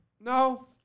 No